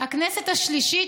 הכנסת השלישית,